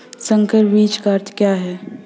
संकर बीज का अर्थ क्या है?